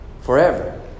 forever